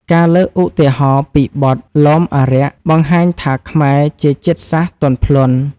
ការលើកឧទាហរណ៍ពីបទ លោមអារក្ស បង្ហាញថាខ្មែរជាជាតិសាសន៍ទន់ភ្លន់។